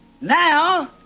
now